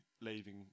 leaving